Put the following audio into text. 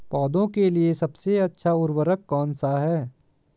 पौधों के लिए सबसे अच्छा उर्वरक कौन सा है?